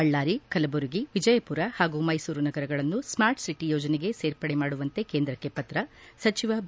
ಬಳ್ಳಾರಿ ಕಲಬುರಗಿ ವಿಜಯಪುರ ಹಾಗೂ ಮೈಸೂರು ನಗರಗಳನ್ನು ಸ್ಮಾರ್ಟ್ಸಿಟಿ ಯೋಜನೆಗೆ ಸೇರ್ಪಡೆ ಮಾಡುವಂತೆ ಕೇಂದ್ರಕ್ಕೆ ಪತ್ರ ಸಚಿವ ಬಿ